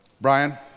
Brian